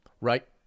Right